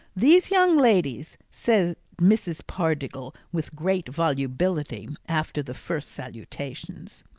these, young ladies, said mrs. pardiggle with great volubility after the first salutations,